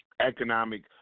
economic